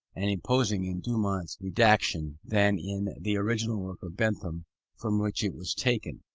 and imposing in dumont's redaction than in the original work of bentham from which it was taken.